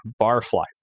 Barfly